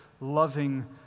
loving